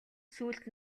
сүүлд